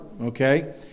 okay